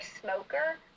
smoker